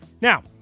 Now